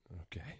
okay